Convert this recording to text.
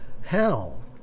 hell